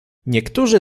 niektórzy